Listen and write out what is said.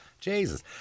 jesus